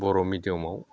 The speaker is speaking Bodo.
बर' मिडियामाव